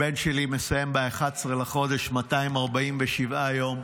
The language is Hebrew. הבן שלי מסיים ב-11 בחודש 247 יום.